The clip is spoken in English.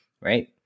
right